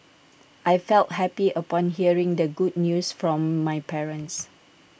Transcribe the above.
I felt happy upon hearing the good news from my parents